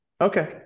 Okay